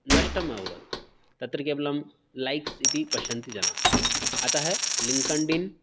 नष्टमभवत् तत्र केवलं लैक्स् इति पश्यन्ति जनाः अतः लिङ्कण्डिन्